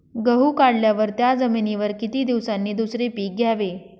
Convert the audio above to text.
गहू काढल्यावर त्या जमिनीवर किती दिवसांनी दुसरे पीक घ्यावे?